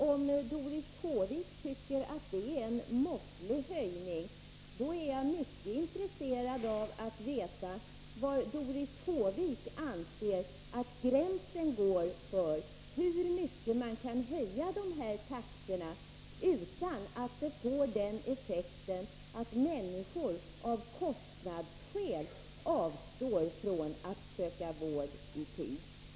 Om Doris Håvik tycker att det är en måttlig höjning, är jag mycket intresserad av att få veta var hon anser att gränsen går för hur mycket man kan höja dessa taxor utan att det får den effekten att människor av kostnadsskäl avstår från att söka vård i tid.